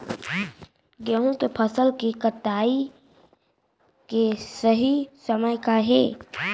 गेहूँ के फसल के कटाई के सही समय का हे?